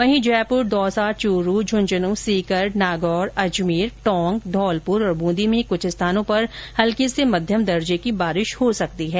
वहीं जयपुर दौसा चूरू झुंझुनूं सीकर नागौर अजमेर टोंक धौलपुर और बूंदी में कुछ स्थानों पर हल्की से मध्यम दर्जे की बारिश हो सकती है